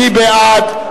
מי בעד?